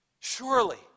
Surely